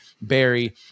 Barry